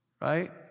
right